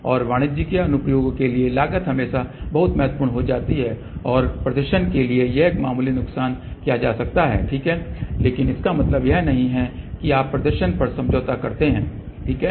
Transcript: और वाणिज्यिक अनुप्रयोगों के लिए लागत हमेशा बहुत महत्वपूर्ण हो जाती है और प्रदर्शन के लिए एक मामूली नुक़सान किया जा सकता है ठीक है लेकिन इसका मतलब यह नहीं है कि आप प्रदर्शन पर समझौता करते हैं ठीक है